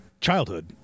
childhood